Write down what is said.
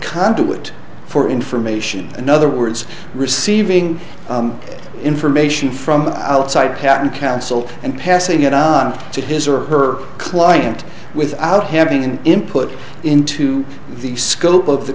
conduit for information in other words receiving information from outside cat and counsel and passing it on to his or her client without having an input into the scope of the